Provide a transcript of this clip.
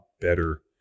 better